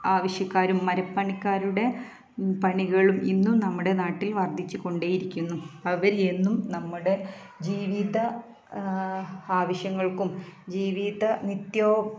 ആവശ്യക്കാരും മരപ്പണിക്കാരുടെ പണികളും ഇന്നും നമ്മുടെ നാട്ടിൽ വർദ്ധിച്ചുകൊണ്ടേയിരിക്കുന്നു അവർ എന്നും നമ്മുടെ ജീവിത ആവശ്യങ്ങൾക്കും ജീവിത